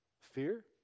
Fear